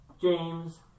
James